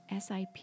SIP